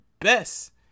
best